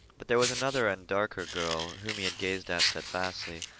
but there was another and darker girl whom he had gazed at steadfastly,